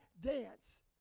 dance